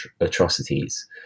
atrocities